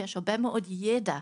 ויש הרבה מאוד ידע,